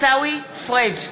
פריג'